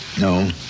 No